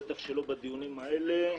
בטח שלא בדיונים הללו.